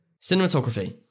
Cinematography